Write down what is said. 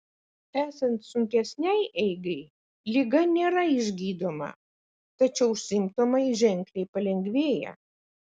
esant sunkesnei eigai liga nėra išgydoma tačiau simptomai ženkliai palengvėja